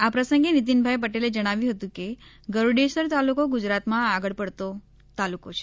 આ પ્રસંગે નિતિનભાઇ પટેલે જણાવ્યું હતું કે ગરૂડેશ્વર તાલુકો ગુજરાતમાં આગળ પડતો તાલુકો છે